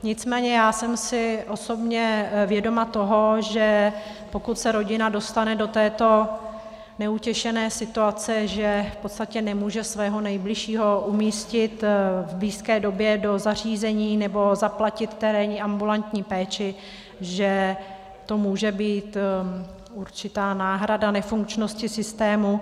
Nicméně já jsem si osobně vědoma toho, že pokud se rodina dostane do této neutěšené situace, že v podstatě nemůže svého nejbližšího umístit v blízké době do zařízení nebo zaplatit terénní ambulantní péči, že to může být určitá náhrada nefunkčnosti systému.